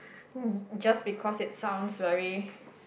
just because it sounds very